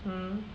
mm